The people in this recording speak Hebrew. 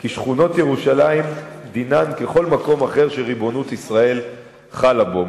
כי שכונות ירושלים דינן ככל מקום אחר שריבונות ישראל חלה בו.